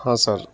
ہاں سر